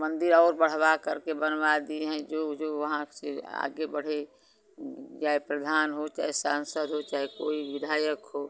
मंदिर और बढ़वाकर के बनवा दिए हैं जो जो वहाँ से आगे बढ़े जहे प्रधान हो चाहे सांसद हाे चाहे कोई विधायक हो